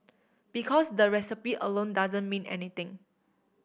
because the recipe alone doesn't mean anything